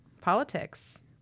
Politics